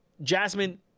jasmine